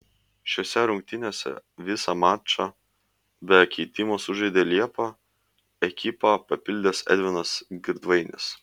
šiose rungtynėse visą mačą be keitimo sužaidė liepą ekipą papildęs edvinas girdvainis